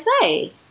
say